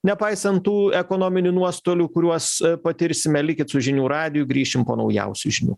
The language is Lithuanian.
nepaisant tų ekonominių nuostolių kuriuos patirsime likit su žinių radiju grįšim po naujausių žinių